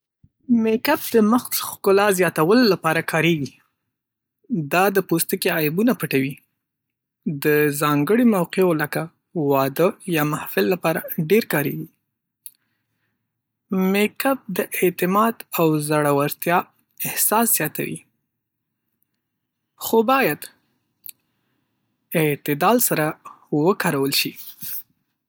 میک اپ د مخ ښکلا زیاتولو لپاره کارېږي. دا د پوستکي عیبونه پټوي. د ځانګړو موقعو لکه واده یا محفل لپاره ډېر کارېږي. میک اپ د اعتماد او ځړ‌ورتیا احساس زیاتوي. خو باید اعتدال سره وکارول شي.